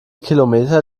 kilometer